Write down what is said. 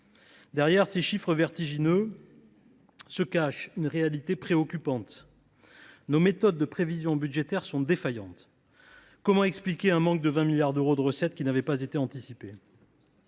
Derrière ces chiffres vertigineux se cache une réalité préoccupante : nos méthodes de prévision budgétaire sont défaillantes. Comment expliquer un manque de 20 milliards d’euros de recettes qui n’avait pas été anticipé ?